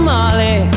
Molly